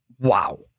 Wow